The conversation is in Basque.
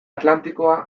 atlantikoa